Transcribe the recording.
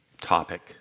topic